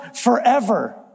forever